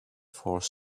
force